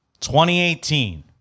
2018